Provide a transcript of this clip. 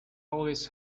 always